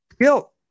Guilt